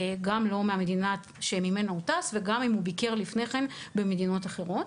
גם לא מה המדינה שממנה הוא טס וגם אם הוא ביקר לפני כן במדינות אחרות.